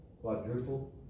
quadruple